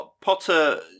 Potter